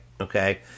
Okay